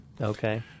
Okay